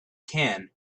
can